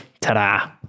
ta-da